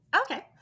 okay